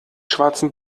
schwarzen